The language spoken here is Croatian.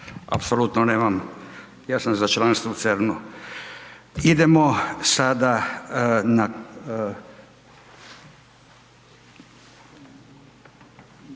Apsolutno nemam, ja sam za članstvo u CERN-u. Idemo sada na,